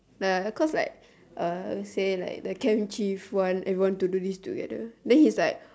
like cause like uh say like the camp chief want everyone to do this together then he is like